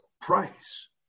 price